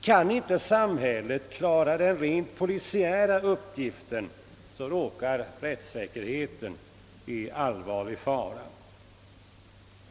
Kan inte samhället klara den rent polisiära uppgiften, så råkar rättssäkerheten i allvarlig fara.